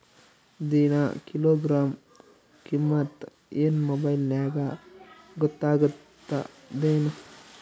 ದಿನಾ ಕಿಲೋಗ್ರಾಂ ಕಿಮ್ಮತ್ ಏನ್ ಮೊಬೈಲ್ ನ್ಯಾಗ ಗೊತ್ತಾಗತ್ತದೇನು?